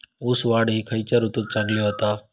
ऊस वाढ ही खयच्या ऋतूत चांगली होता?